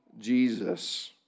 Jesus